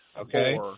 Okay